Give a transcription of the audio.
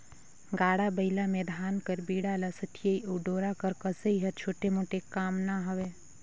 गाड़ा बइला मे धान कर बीड़ा ल सथियई अउ डोरा कर कसई हर छोटे मोटे काम ना हवे